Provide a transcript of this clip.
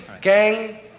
gang